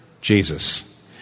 Jesus